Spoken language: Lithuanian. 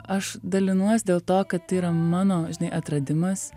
aš dalinuosi dėl to kad tai yra mano atradimas